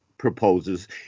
proposes